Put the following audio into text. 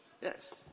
Yes